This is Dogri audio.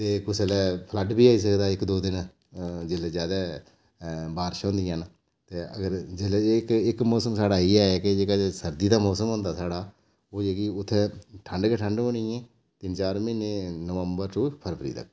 ते कुसै बेल्लै फ्लड्ड बी आई सकदा इक दो दिन जेल्लै जैदा बारिशां होंदियां न ते अगर जिसलै जे इक मौसम साढ़ा इ'यै ऐ कि जेह्का सर्दी दा मौसम होंदा साढ़ा ओह् जेह्की उत्थै ठंड गै ठंड होनी ऐ तिन्न चार म्हीने नवंबर टू फरवरी तक्कर